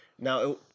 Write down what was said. Now